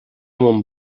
mon